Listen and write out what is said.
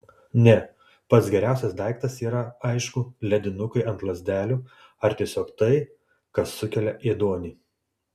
ne pats geriausias daiktas yra aišku ledinukai ant lazdelių ar tiesiog tai kas sukelia ėduonį